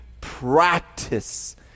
practice